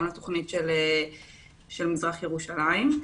גם לתוכנית של מזרח ירושלים.